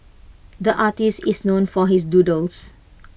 the artist is known for his doodles